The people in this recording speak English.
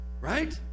Right